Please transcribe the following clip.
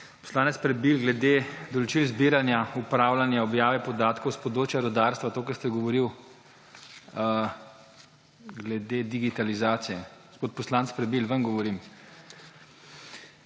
poslanec Prebil, glede določil zbiranja upravljanja objave podatkov s področja rudarstva, to, kar ste govoril, glede digitalizacije. Gospod poslanec Prebil, vam govorim…